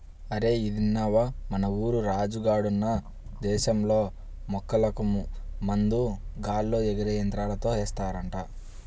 అరేయ్ ఇదిన్నవా, మన ఊరు రాజు గాడున్న దేశంలో మొక్కలకు మందు గాల్లో ఎగిరే యంత్రంతో ఏస్తారంట